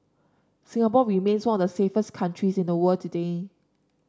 Singapore remains one of the safest countries in the world today